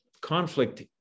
conflict